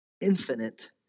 infinite